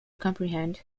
comprehend